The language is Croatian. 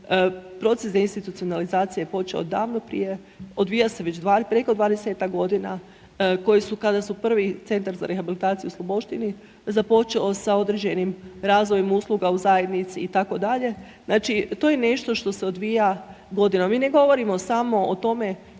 proces deinstitucionalizacije je počeo davno prije, odvija se već preko 20-tak godina koji su kada su prvi Centar za rehabilitaciju u Sloboštini započeo sa određenim razvojem usluga u zajednici itd. Znači to je nešto što se odvija godinama. Mi ne govorimo samo o tome